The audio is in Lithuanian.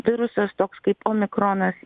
virusas toks kaip omikronas